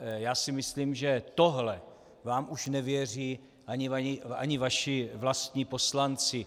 Já si myslím, že tohle vám už nevěří ani vaši vlastní poslanci.